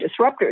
disruptors